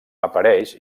apareix